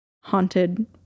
haunted